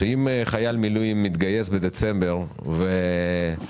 שאם חייל מילואים מתגייס בדצמבר ובמהלך